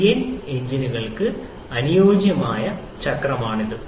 CI എഞ്ചിനുകൾക്ക് അനുയോജ്യമായ ചക്രമാണിത്